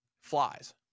Flies